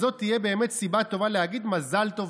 וזו תהיה באמת סיבה טובה להגיד מזל טוב,